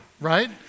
right